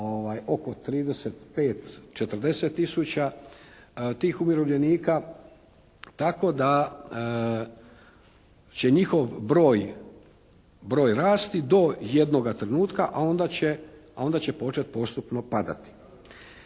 oko 35, 40 tisuća tih umirovljenika. Tako da će njihov broj rasti do jednoga trenutka a onda će počet postupno padati.